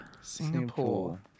Singapore